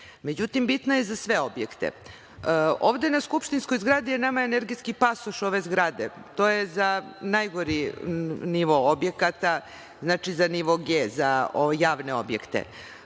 Međutim, bitna je za sve objekte. Ovde na skupštinskoj zgradi je nama energetski pasoš ove zgrade, to je za najgori nivo objekata, znači za nivo G, za javne objekte.